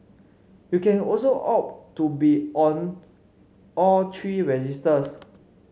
you can also opt to be on all three registers